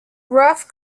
ruff